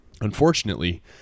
Unfortunately